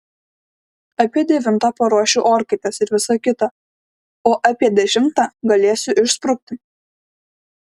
apie devintą paruošiu orkaites ir visa kita o apie dešimtą galėsiu išsprukti